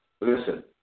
Listen